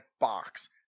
box